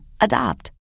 Adopt